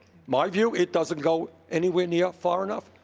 my view, it doesn't go anywhere near far enough.